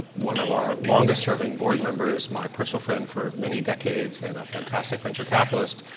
one of our longest-serving board members, my personal friend for many decades, and a fantastic venture capitalists.